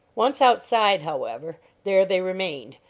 once outside, however, there they remained,